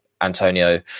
Antonio